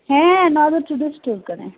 ᱦᱮᱸ ᱱᱚᱶᱟ ᱫᱚ ᱴᱩᱰᱩ ᱥᱴᱳᱨ ᱠᱟᱱᱟ